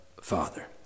Father